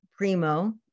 Primo